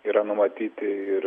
yra numatyti ir